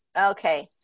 Okay